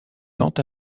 tant